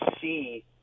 see